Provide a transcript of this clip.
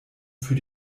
für